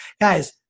Guys